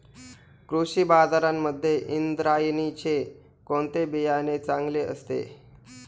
कृषी बाजारांमध्ये इंद्रायणीचे कोणते बियाणे चांगले असते?